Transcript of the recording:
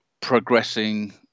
progressing